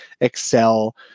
excel